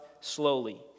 slowly